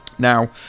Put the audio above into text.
Now